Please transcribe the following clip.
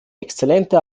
exzellente